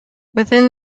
within